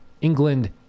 england